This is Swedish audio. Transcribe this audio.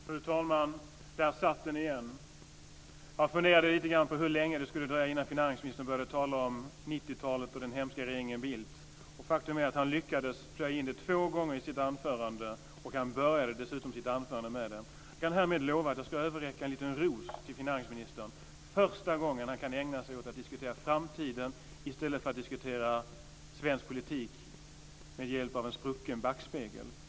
Fru talman! Där satt den igen! Jag funderade lite grann på hur länge det skulle dröja innan finansministern började tala om 90-talet och den hemska regeringen Bildt. Faktum är att han lyckades plöja in det två gånger i sitt anförande. Han började dessutom sitt anförande med det. Jag kan härmed lova att jag ska överräcka en liten ros till finansministern första gången han kan ägna sig åt att diskutera framtiden i stället för att diskutera svensk politik med hjälp av en sprucken backspegel.